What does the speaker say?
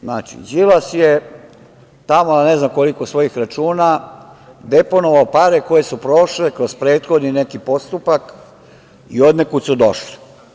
Znači, Đilas je tamo na, ne znam koliko svojih računa, deponovao pare koje su prošle kroz prethodni neki postupak i odnekud su došle.